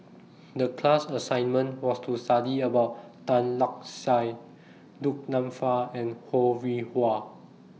The class assignment was to study about Tan Lark Sye Du Nanfa and Ho Rih Hwa